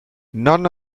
none